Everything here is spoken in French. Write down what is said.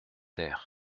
terre